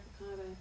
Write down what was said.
avocado